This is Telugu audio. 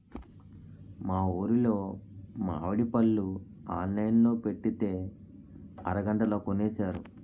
మా ఊరులో మావిడి పళ్ళు ఆన్లైన్ లో పెట్టితే అరగంటలో కొనేశారు